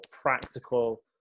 practical